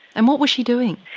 and what was she doing?